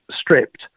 stripped